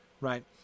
right